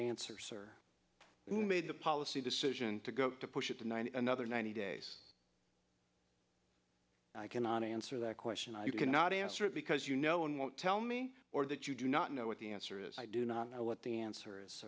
we made a policy decision to go to push it to nine another ninety days i cannot answer that question i can not answer it because you know and won't tell me or that you do not know what the answer is i do not know what the answer is